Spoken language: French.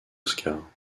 oscars